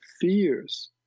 fears